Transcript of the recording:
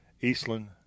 Eastland